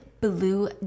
blue